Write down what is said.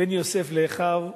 בין יוסף לאחיו,